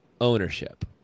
ownership